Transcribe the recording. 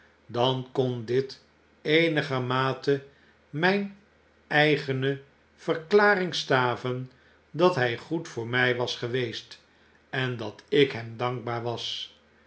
dan kon dit eenigermate mijn eigene verklaring staven dat hy goed voor my was geweest en dat ik hem dankbaar was